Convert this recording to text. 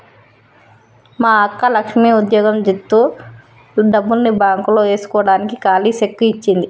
మా అక్క లక్ష్మి ఉద్యోగం జేత్తు డబ్బుల్ని బాంక్ లో ఏస్కోడానికి కాలీ సెక్కు ఇచ్చింది